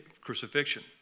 crucifixion